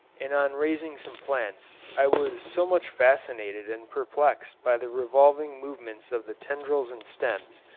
and on raising some plants i was so much fascinated and perplexed by the revolving movements of the tendrils and stems,